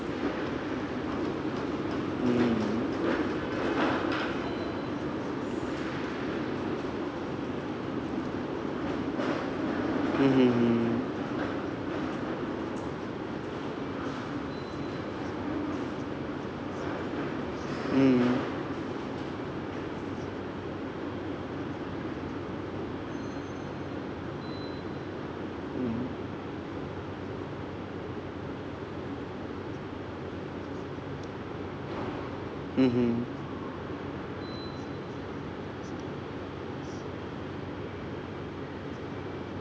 mm mmhmm mm